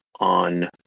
on